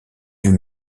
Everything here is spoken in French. vues